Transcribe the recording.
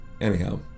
Anyhow